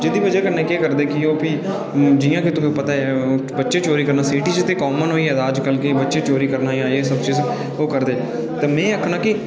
जेह्दी बजह कन्नै केह् करदे की ओह् बी जि'यां की तुसें गी पता गै बच्चे चोरी करना सिटी च ते कॉमन होई गेदा ऐ अजकल दे बच्चे चोरी करना जां एह् सब चीज़ां ते ओह् करदे ते में आखना कि